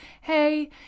hey